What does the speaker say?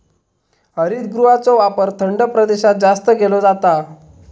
हरितगृहाचो वापर थंड प्रदेशात जास्त केलो जाता